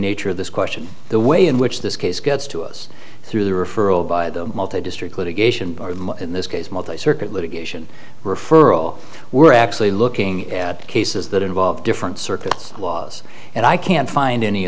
nature of this question the way in which this case gets to us through the referral by the multi district litigation in this case multi circuit litigation referral we're actually looking at cases that involve different circuits laws and i can't find any